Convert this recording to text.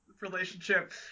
relationship